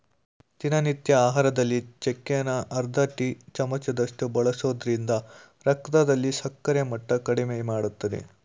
ದಿನನಿತ್ಯ ಆಹಾರದಲ್ಲಿ ಚಕ್ಕೆನ ಅರ್ಧ ಟೀ ಚಮಚದಷ್ಟು ಬಳಸೋದ್ರಿಂದ ರಕ್ತದಲ್ಲಿ ಸಕ್ಕರೆ ಮಟ್ಟ ಕಡಿಮೆಮಾಡ್ತದೆ